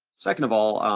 second of all,